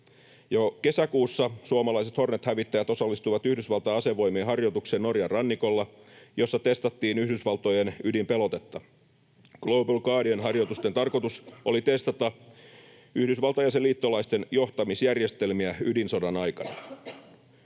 Jo kesäkuussa suomalaiset Hornet-hävittäjät osallistuivat Yhdysvaltain asevoimien harjoitukseen Norjan rannikolla, jossa testattiin Yhdysvaltojen ydinpelotetta. Global Guardian -harjoitusten tarkoitus oli testata Yhdysvaltain ja sen liittolaisten johtamisjärjestelmiä ydinsodan aikana.